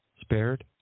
spared